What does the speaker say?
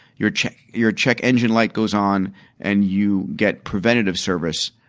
your check your check engine light goes on and you get preventative service,